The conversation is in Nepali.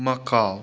मकाउ